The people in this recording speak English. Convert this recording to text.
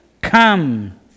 come